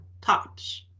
tops